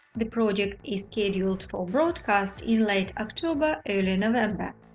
the project is scheduled for broadcast in late october early november.